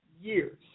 years